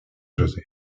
josé